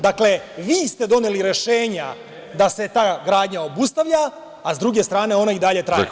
Dakle, vi ste doneli rešenja da se ta gradnja obustavlja, a sa druge strane, ona i dalje traje.